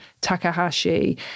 Takahashi